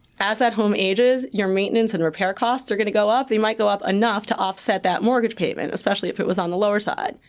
as that home ages, your maintenance and repair costs are going to go up. they might go up enough to offset that mortgage payment, especially if it was on the lower side.